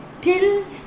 till